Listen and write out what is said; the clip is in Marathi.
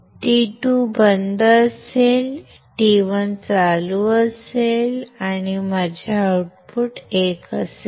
T2 बंद असेल T1 चालू असेल आणि माझे आउटपुट 1 असेल